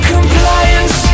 compliance